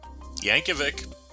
Yankovic